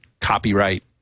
copyright